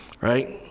Right